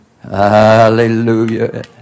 Hallelujah